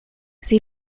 sie